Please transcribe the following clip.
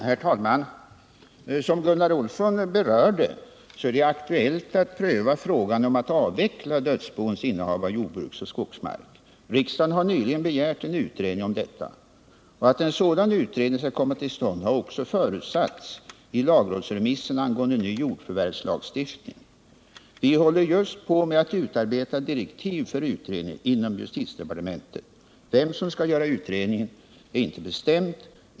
Herr talman! Som Gunnar Olsson berörde är det aktuellt att pröva frågan om att avveckla dödsbons innehav av jordbruksoch skogsmark. Riksdagen har nyligen begärt en utredning om detta. Att en sådan utredning skall komma till stånd har också förutsatts i lagrådsremissen angående ny jordförvärvslagstiftning. Vi håller just på med att utarbeta direktiv för utredningen inom justitiedepartementet. Vem som skall göra utredningen är inte bestämt.